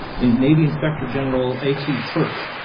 they've made the inspector general a. t. church,